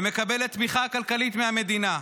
ומקבלת תמיכה כלכלית מהמדינה.